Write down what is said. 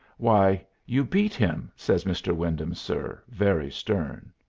why, you beat him! says mr. wyndham, sir, very stern.